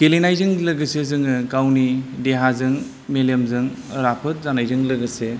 गेलेनायजों लोगोसे जोङो गावनि देहाजों मेलेमजों राफोद जानायजों लोगोसे